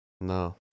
No